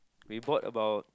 we bought about